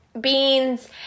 beans